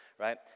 right